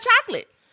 chocolate